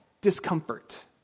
discomfort